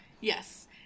Yes